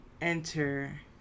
enter